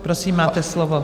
Prosím, máte slovo.